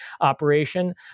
operation